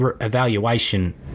evaluation